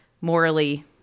morally